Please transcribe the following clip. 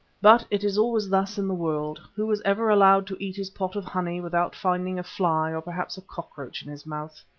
but it is always thus in the world who was ever allowed to eat his pot of honey without finding a fly or perhaps a cockroach in his mouth?